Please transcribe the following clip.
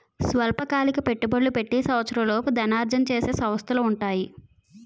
స్వల్పకాలిక పెట్టుబడులు పెట్టి సంవత్సరంలోపు ధనార్జన చేసే సంస్థలు ఉంటాయి